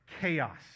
chaos